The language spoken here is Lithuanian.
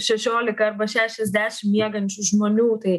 šešiolika arba šešiasdešim miegančių žmonių tai